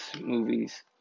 movies